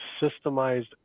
systemized